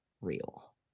real